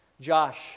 Josh